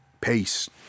Peace